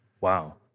Wow